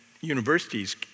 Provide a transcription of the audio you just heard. universities